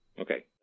Okay